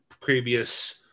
previous